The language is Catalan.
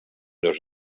dos